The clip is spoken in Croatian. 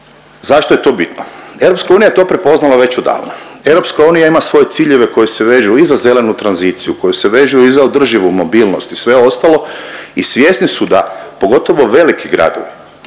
Zašto je to bitno? EU je to prepoznala već odavno. EU ima svoje ciljeve koji se vežu i za zelenu tranziciju, koji se vežu i za održivu mobilnost i sve ostalo i svjesni su da, pogotovo veliki gradovi